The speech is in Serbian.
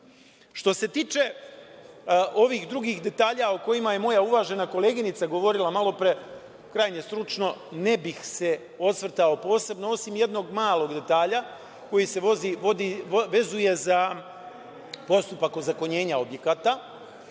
se tiče ovih drugih detalja o kojima je moja uvažena koleginica govorila malopre, krajnje stručno, ne bih se osvrtao posebno, osim jednog malog detalja koji se vezuje za postupak ozakonjenja objekata.